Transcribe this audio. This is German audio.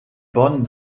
bonn